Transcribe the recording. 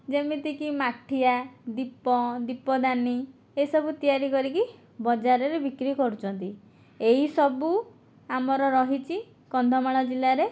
ଯେମିତିକି ମାଠିଆ ଦୀପ ଦୀପଦାନ ଏସବୁ ତିଆରି କରିକି ବଜାରରେ ବିକ୍ରି କରୁଛନ୍ତି ଏହି ସବୁ ଆମର ରହିଛି କନ୍ଧମାଳ ଜିଲ୍ଲାରେ